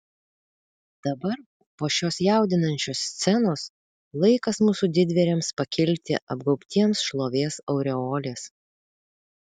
dabar po šios jaudinančios scenos laikas mūsų didvyriams pakilti apgaubtiems šlovės aureolės